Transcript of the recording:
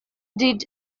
did